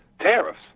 tariffs